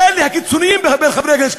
אלה הקיצונים מחברי הכנסת,